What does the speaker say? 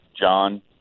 John